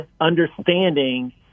understanding